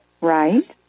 Right